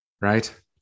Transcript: right